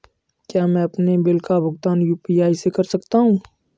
क्या मैं अपने बिल का भुगतान यू.पी.आई से कर सकता हूँ?